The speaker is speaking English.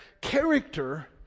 character